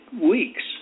weeks